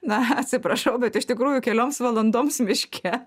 na atsiprašau bet iš tikrųjų kelioms valandoms miške